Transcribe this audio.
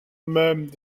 même